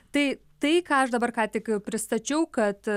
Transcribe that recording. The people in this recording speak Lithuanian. tai tai ką aš dabar ką tik pristačiau kad